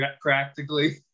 practically